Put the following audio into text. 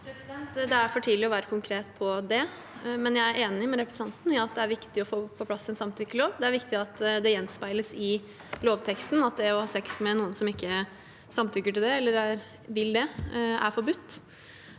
Det er for tidlig å være konkret på det, men jeg er enig med representanten i at det er viktig å få på plass en samtykkelov. Det er viktig at det gjenspeiles i lovteksten at det å ha sex med noen som ikke samtykker til det eller vil det, er forbudt.